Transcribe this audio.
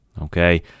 okay